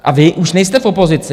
A vy už nejste v opozici.